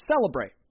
celebrate